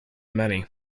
many